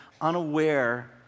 unaware